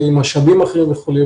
עם משאבים אחרים וכולי.